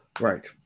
right